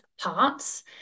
parts